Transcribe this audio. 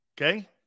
Okay